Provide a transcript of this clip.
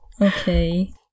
okay